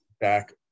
back